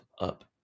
up